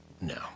No